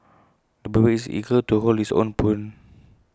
the baby is eager to hold his own spoon